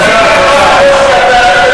תודה, תודה.